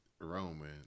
Roman